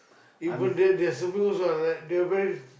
even that there's a bit also I like they're very